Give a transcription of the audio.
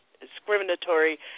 discriminatory